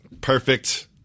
Perfect